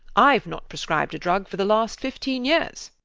ive not prescribed a drug for the last fifteen years.